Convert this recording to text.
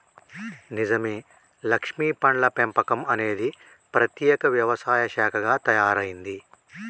నిజమే లక్ష్మీ పండ్ల పెంపకం అనేది ప్రత్యేక వ్యవసాయ శాఖగా తయారైంది